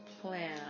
plan